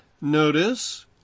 notice